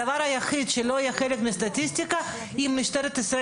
הדבר היחיד שלא יהיה חלק מהסטטיסטיקה זה אם משטרת ישראל